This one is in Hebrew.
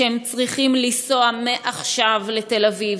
כשהם צריכים לנסוע מעכשיו לתל אביב,